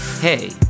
Hey